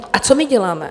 A co my děláme?